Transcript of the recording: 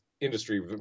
industry